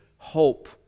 Hope